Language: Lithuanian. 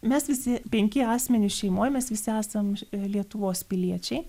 mes visi penki asmenys šeimoj mes visi esam lietuvos piliečiai